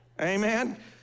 amen